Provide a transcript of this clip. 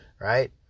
right